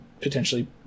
potentially